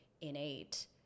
innate